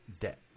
debt